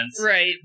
Right